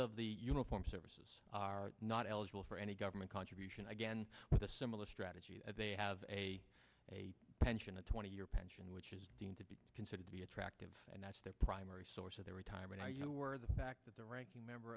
the uniformed services are not eligible for any government contribution again with a similar strategy that they have a a pension a twenty year pension which is deemed to be considered to be attractive and that's their primary source of their retirement you know where the fact that the ranking member